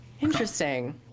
Interesting